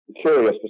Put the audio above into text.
curious